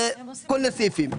זה כל הסעיף.